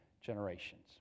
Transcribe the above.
generations